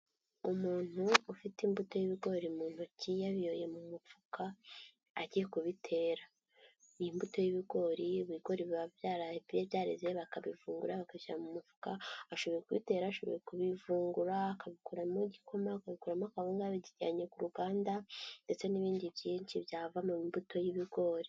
Umuntu ufite imbuto y'ibigori mu ntoki yabiyoye mu mufuka agiye kubitera. Iyi mbuto y'ibigori, ibigori biba byareze bakabihungura bagashyira mu mufuka, abashoboye kubitera, ashoboye kubivungura akabikuramo igikoma, agakuramo akawunga abijyanye ku ruganda ndetse n'ibindi byinshi byava mu mbuto y'ibigori.